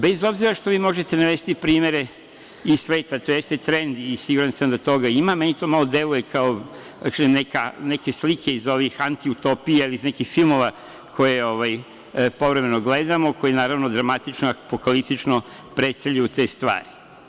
Bez obzira što vi možete navesti primere iz sveta, to jeste trend i siguran sam da toga ima, meni to malo deluje kao neke slike iz ovih anti utopija ili iz nekih filmova koje povremeno gledamo, koji, naravno, dramatično, apokaliptično predstavljaju te stvari.